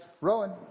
Rowan